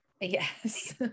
Yes